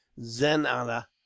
zenana